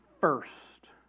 first